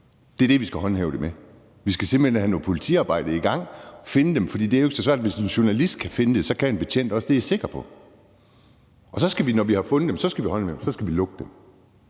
Det er det, vi skal håndhæve det med. Vi skal simpelt hen have noget politiarbejde i gang og finde dem, og det er jo ikke så svært, for hvis en journalist kan finde dem, kan en betjent også. Det er jeg sikker på. Og så skal vi, når vi har fundet dem, lukke dem.